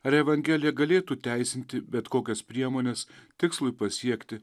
ar evangelija galėtų teisinti bet kokias priemones tikslui pasiekti